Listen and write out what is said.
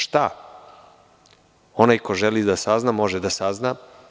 Šta? onaj ko želi da sazna može da sazna.